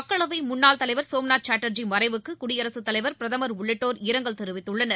மக்களவை முன்னாள் தலைவர் சோம்நாத் சாட்டர்ஜி மறைவுக்கு குடியரசுத் தலைவர் பிரதமர் உள்ளிட்டோர் இரங்கல் தெரிவித்துள்ளனர்